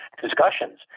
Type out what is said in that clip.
discussions